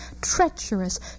treacherous